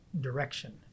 direction